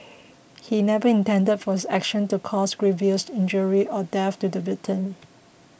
he never intended for his action to cause grievous injury or death to the victim